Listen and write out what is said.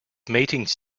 meetings